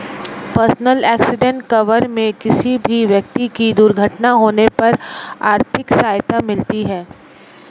personal accident cover में किसी भी व्यक्ति की दुर्घटना होने पर आर्थिक सहायता मिलती है